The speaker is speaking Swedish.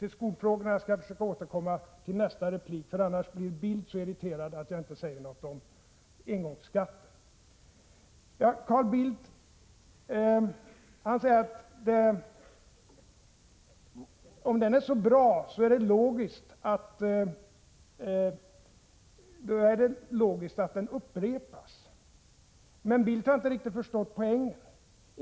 Till skolfrågorna skall jag försöka återkomma i nästa replik — annars blir Carl Bildt irriterad över att jag inte säger någonting om engångsskatten. Carl Bildt säger att om engångsskatten är så bra är det logiskt att den upprepas. Men Carl Bildt har inte riktigt förstått poängen.